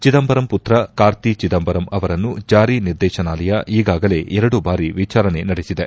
ಚಿದಂಬರಂ ಪುತ್ರ ಕಾರ್ತಿ ಚಿದಂಬರಂ ಅವನ್ನು ಜಾರಿ ನಿರ್ದೇಶನಾಲಯ ಈಗಾಗಲೇ ಎರಡು ಬಾರಿ ವಿಚಾರಣೆ ನಡೆಸಿದೆ